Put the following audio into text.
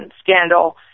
scandal